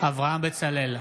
אברהם בצלאל,